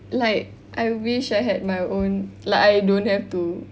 like I wish I had my own like I don't have to